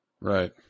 Right